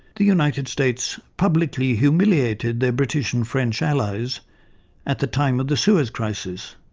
the united states publicly humiliated their british and french allies at the time of the suez crisis,